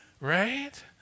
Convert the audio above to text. right